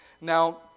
Now